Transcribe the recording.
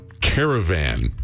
caravan